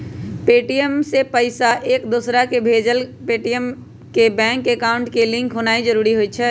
Paytm से पईसा एकदोसराकेँ भेजे लेल पेटीएम के बैंक अकांउट से लिंक होनाइ जरूरी होइ छइ